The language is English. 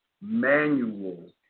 manual